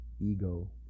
Ego